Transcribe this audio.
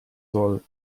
soll